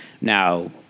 Now